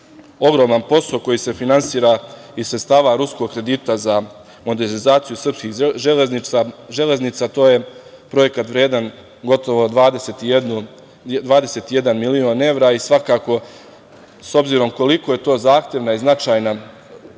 ogroman posao koji se finansira iz sredstava ruskog kredita za modernizaciju srpskih železnica. To je projekat vredan gotovo 21 milion evra i svakako, s obzirom koliko je to zahtevna i značajna